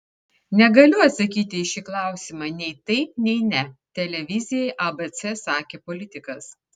negaliu atsakyti į šį klausimą nei taip nei ne televizijai abc sakė politikas